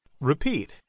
repeat